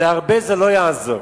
להרבה זה לא יעזור.